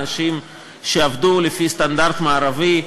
אנשים שעבדו לפי סטנדרט מערבי,